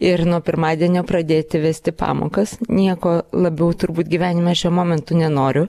ir nuo pirmadienio pradėti vesti pamokas nieko labiau turbūt gyvenime šiuo momentu nenoriu